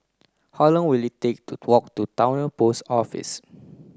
how long will it take to walk to Towner Post Office